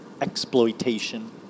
exploitation